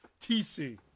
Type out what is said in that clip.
TC